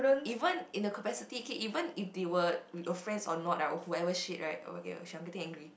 even in the capacity K even if you were with your friends or not ah or whoever shit right !oh shit! I'm getting angry